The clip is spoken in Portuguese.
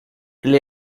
ele